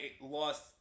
lost